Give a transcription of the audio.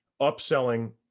upselling